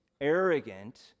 arrogant